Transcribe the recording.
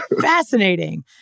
fascinating